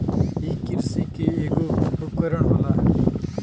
इ किरसी के ऐगो उपकरण होला